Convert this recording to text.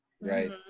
Right